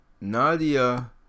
Nadia